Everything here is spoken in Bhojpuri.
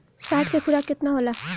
साँढ़ के खुराक केतना होला?